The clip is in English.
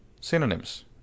synonyms